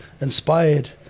inspired